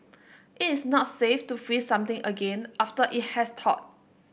it is not safe to freeze something again after it has thawed